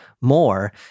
more